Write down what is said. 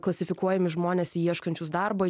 klasifikuojami žmones ieškančius darbo